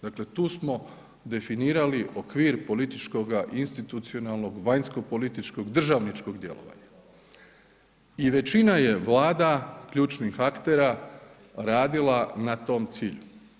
Dakle tu smo definirali okvir političkoga institucionalnog, vanjsko-političkog državničkog djelovanja i većina je vlada ključnih aktera radila na tom cilju.